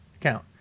count